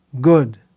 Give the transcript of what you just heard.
good